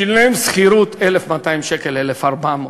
שילם שכירות 1,200 1,400 שקל,